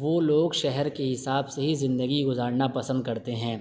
وہ لوگ شہر کے حساب سے ہی زندگی گزارنا پسند کرتے ہیں